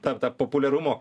ta ta populiarumo